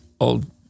old